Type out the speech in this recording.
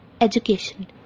education